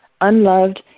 unloved